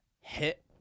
hit